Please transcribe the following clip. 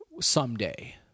someday